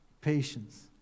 patience